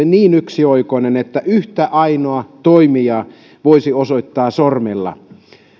niin yksioikoinen että yhtä ainoaa toimijaa voisi osoittaa sormella